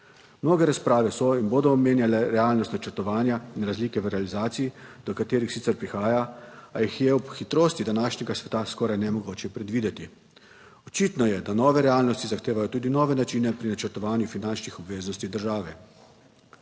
Mnoge razprave so in bodo omenjale realnost načrtovanja in razlike v realizaciji, do katerih sicer prihaja, a jih je ob hitrosti današnjega sveta skoraj nemogoče predvideti. Očitno je, da nove realnosti zahtevajo tudi nove načine pri načrtovanju finančnih obveznosti države.